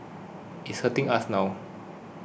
and it's hurting us now